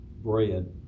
bread